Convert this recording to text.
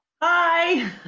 Hi